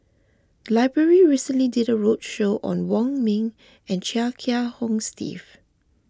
the library recently did a roadshow on Wong Ming and Chia Kiah Hong Steve